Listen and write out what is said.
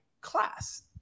class